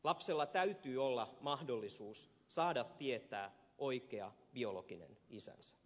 lapsella täytyy olla mahdollisuus saada tietää oikea biologinen isänsä